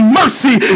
mercy